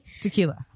Tequila